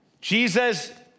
Jesus